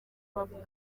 bavuga